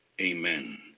Amen